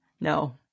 no